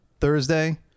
Thursday